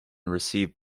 received